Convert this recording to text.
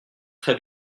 très